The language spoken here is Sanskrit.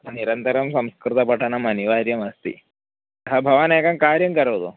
निरन्तरं संस्कृतपठनम् अनिवार्यमस्ति अतः भवान् एकं कार्यं करोतु